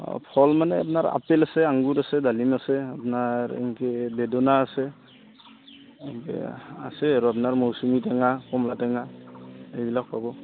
অঁ ফল মানে আপোনাৰ আপেল আছে আঙ্গুৰ আছে ডালিম আছে আপোনাৰ এনেকৈ বেদনা আছে এনেকৈ আছে আৰু আপোনাৰ মৌচুমী টেঙা কমলা টেঙা এইবিলাক পাব